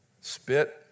spit